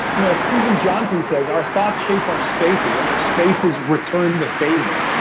you know, steven johnson says, our thoughts shape our spaces and our spaces return the favor.